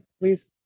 please